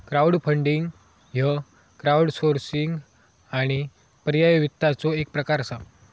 crowdfunding ह्य crowdsourcing आणि पर्यायी वित्ताचो एक प्रकार असा